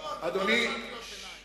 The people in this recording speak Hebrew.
זה לא קריאת ביניים.